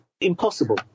impossible